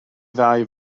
ddau